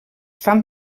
fan